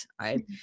right